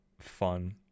fun